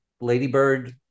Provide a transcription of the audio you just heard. ladybird